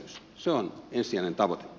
se on ensisijainen tavoite